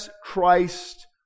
Christ